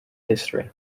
history